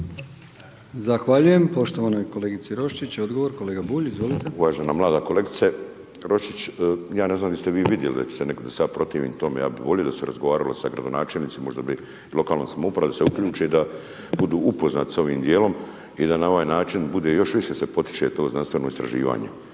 Zahvaljujem poštovanoj kolegici Roščić, odgovor, kolega Bulj. Izvolite. **Bulj, Miro (MOST)** Uvažena mlada kolegice Roščić, ja ne znam jeste li vi vidjeli da se ja protivim tome, ja bi volio da se razgovaralo sa gradonačelnicima, možda bi lokalna samouprava da se uključi da bude upoznati sa ovim dijelom i da na ovaj način, bude, još više se potiče to znanstveno istraživanje.